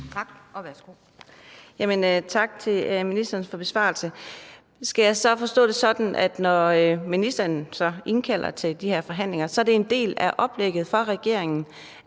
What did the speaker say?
Tak, og værsgo.